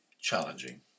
challenging